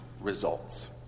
results